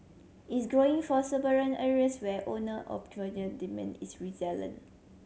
is growing for suburban areas where owner demand is resilient